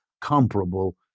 comparable